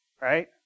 Right